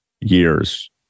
years